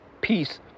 peace